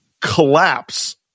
collapse